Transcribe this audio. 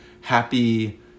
happy